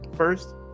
first